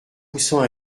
poussant